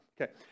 Okay